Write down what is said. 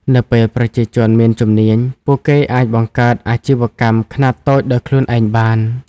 នៅពេលប្រជាជនមានជំនាញ ពួកគេអាចបង្កើតអាជីវកម្មខ្នាតតូចដោយខ្លួនឯងបាន។